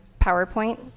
PowerPoint